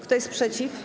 Kto jest przeciw?